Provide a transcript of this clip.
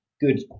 good